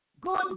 good